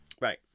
right